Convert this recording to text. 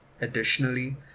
Additionally